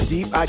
Deep